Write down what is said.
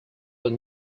will